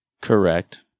Correct